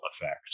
effect